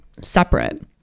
separate